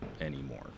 anymore